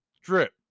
Drip